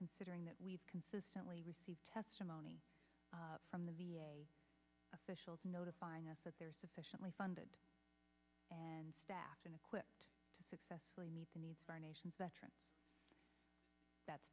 considering that we've consistently received testimony from the v a officials notifying us that they are sufficiently funded and staffed and equipped to successfully meet the needs of our nation's veterans that's